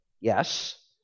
yes